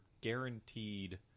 guaranteed